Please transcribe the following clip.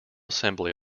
assembly